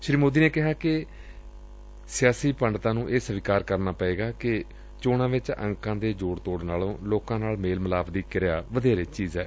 ਸ੍ਰੀ ਮੋਦੀ ਨੇ ਕਿਹਾ ਕਿ ਸਿਆਸੀ ਪੰਡਤਾਂ ਨੂੰ ਇਹ ਸਵੀਕਾਰ ਕਰਨਾ ਪਾਏਗਾ ਕਿ ਚੋਣਾ ਵਿਚ ਅੰਕਾ ਦੇ ਜੋੜ ਤੋੜ ਨਾਲੋ ਲੋਕਾ ਨਾਲ ਮੇਲ ਮਿਲਾਪ ਦੀ ਕਿਰਿਆ ਵੱਡੀ ਚੀਜ਼ ਏ